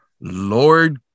Lord